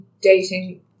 dating